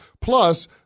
Plus